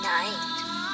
Night